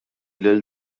lil